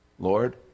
Lord